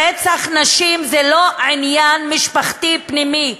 רצח נשים זה לא עניין משפחתי פנימי,